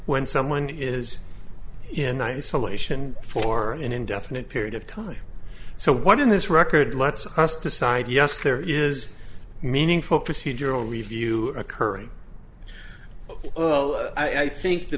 when someone is in isolation for an indefinite period of time so what in this record lets us decide yes there is meaningful procedural review occurring i think t